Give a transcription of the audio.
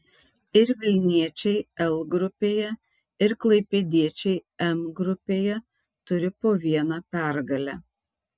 ir vilniečiai l grupėje ir klaipėdiečiai m grupėje turi po vieną pergalę